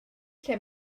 lle